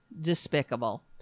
despicable